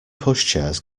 pushchairs